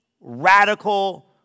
radical